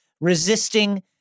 resisting